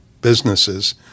businesses